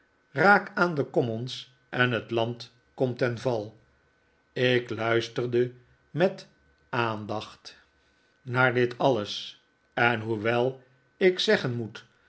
raak aan de commons en het land komt ten val ik luisterde met aandacht naar dit alles en hoewel ik zeggen moet